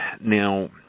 Now